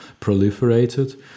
proliferated